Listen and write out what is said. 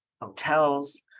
hotels